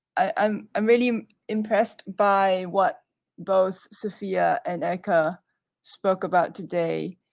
i'm i'm really impressed by what both sophia and eka spoke about today